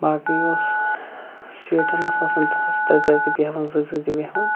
باقٕے اوس سیٖٹَن ٲس آسان دۄہَس ترٛےٚ ترٛےٚ تہِ بیٚہوان زٕ زٕ تہِ بیٚہوان